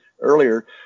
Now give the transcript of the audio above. earlier